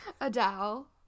Adele